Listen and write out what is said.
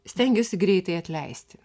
stengiuosi greitai atleisti